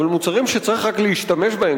אבל מוצרים שצריך רק להשתמש בהם,